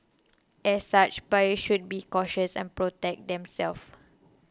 as such buyers should be cautious and protect them self